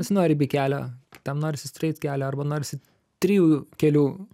nesinori bikelio tam norisi streit kelio arba norisi trijų kelių